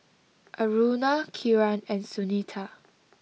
Aruna Kiran and Sunita